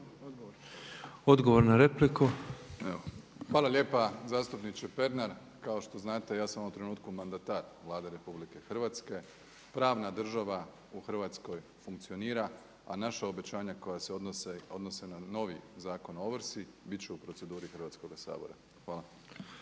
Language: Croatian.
Andrej (HDZ)** Hvala lijepa zastupniče Pernar. Kao što znate ja sam u ovom trenutku mandatar Vlade RH. Pravna država u Hrvatskoj funkcionira a naša obećanja koja se odnose na novi Zakon o ovrsi bit će u proceduri Hrvatskoga sabora. Hvala.